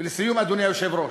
לסיום, אדוני היושב-ראש,